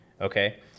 okay